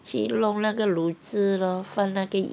去弄那个卤子 lor 放那个